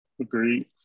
Agreed